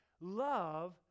love